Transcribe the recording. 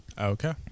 Okay